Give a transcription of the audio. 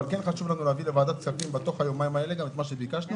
אבל חשוב לנו להביא לוועדת הכספים ביומיים האלה גם את מה שביקשנו,